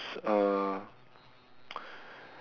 uh